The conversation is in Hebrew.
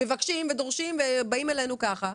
מבקשים ודורשים ובאים אלינו כך,